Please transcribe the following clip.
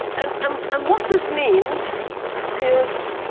and um and what this means is